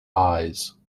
eyes